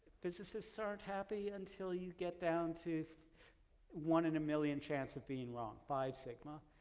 physicists aren't happy until you get down to one in a million chance of being wrong five sigma.